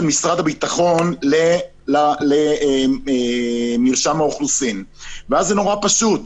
משרד הביטחון למרשם האוכלוסין וכך זה יהיה נורא פשוט.